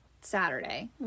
Saturday